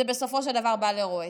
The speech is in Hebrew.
זה בסופו של דבר בא לרועץ.